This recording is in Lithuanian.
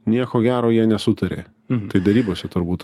nieko gero jie nesutarė tai derybose turbūt